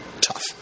Tough